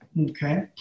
okay